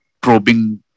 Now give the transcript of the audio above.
probing